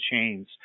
chains